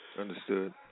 Understood